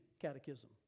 Catechism